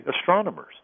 astronomers